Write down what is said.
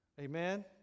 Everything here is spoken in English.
Amen